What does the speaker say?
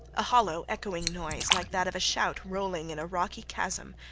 a hollow echoing noise, like that of a shout rolling in a rocky chasm,